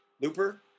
Looper